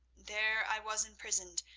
there i was imprisoned,